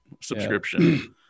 subscription